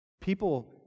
people